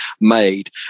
made